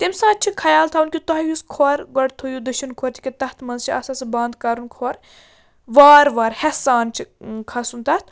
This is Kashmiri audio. تَمہِ ساتہٕ چھِ خیال تھاوُن کہِ تۄہہِ یُس کھۄر گۄڈٕ تھٲیِو دٔچھُن کھۄر تِکیٛاہ تَتھ منٛز چھُ آسان سُہ بَنٛد کَرُن کھۄر وار وار ہٮ۪س سان چھِ کھَسُن تَتھ